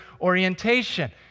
orientation